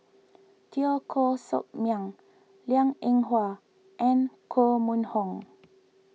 Teo Koh Sock Miang Liang Eng Hwa and Koh Mun Hong